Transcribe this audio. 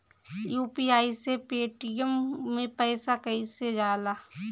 UPI से Paytm मे पैसा कइसे जाला?